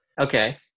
Okay